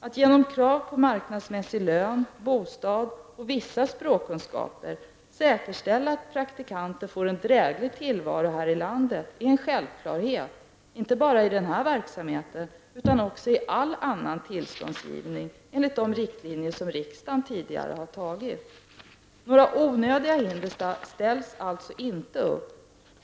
Att genom krav på marknadsmässig lön, bostad och vissa språkkunskaper säkerställa att praktikanten får en dräglig tillvaro här i landet är en självklarhet inte bara i denna verksamhet utan också i all annan tillståndsgivning enligt de riktlinjer som riksdagen tidigare antagit. Några onödiga hinder ställs alltså inte upp.